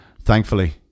thankfully